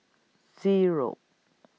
Zero